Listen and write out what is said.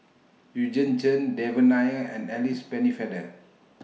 Eugene Chen Devan Nair and Alice Pennefather